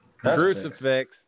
Crucifix